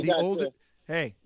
Hey